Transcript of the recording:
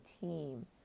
team